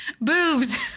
boobs